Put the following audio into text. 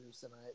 tonight